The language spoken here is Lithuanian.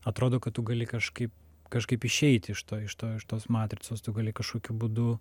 atrodo kad tu gali kažkaip kažkaip išeiti iš to iš to iš tos matricos tu gali kažkokiu būdu